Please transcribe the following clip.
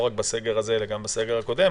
לא רק בסגר הזה אלא גם בסגר הקודם,